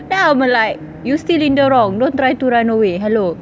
then I'm like you're still in the wrong don't try to run away hello